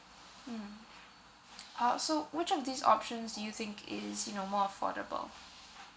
mm also which of these options do you think is you know more affordable